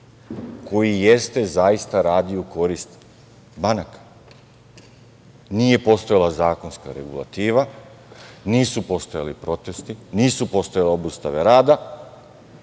koji jeste zaista radio u korist banaka. Nije postojala zakonska regulativa, nisu postojali protesti, nisu postojale obustave rada,